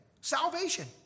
Salvation